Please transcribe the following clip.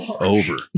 Over